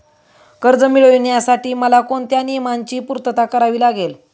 कर्ज मिळविण्यासाठी मला कोणत्या नियमांची पूर्तता करावी लागेल?